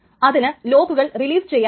അതുപോലെതന്നെ അത് logical clock ആണ്